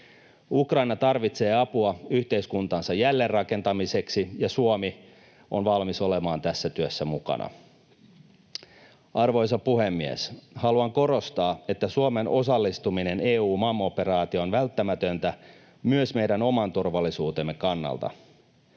Ukraina tarvitsee apua yhteiskuntansa jälleenrakentamiseksi, ja Suomi on valmis olemaan tässä työssä mukana. Arvoisa puhemies! Haluan korostaa, että Suomen osallistuminen EUMAM-operaatioon on välttämätöntä myös meidän oman turvallisuutemme kannalta.